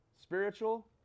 spiritual